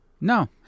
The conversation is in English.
No